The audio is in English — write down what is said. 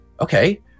okay